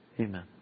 Amen